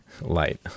light